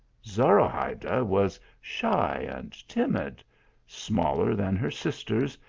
zorahayda was shy and timid smaller than her sisters,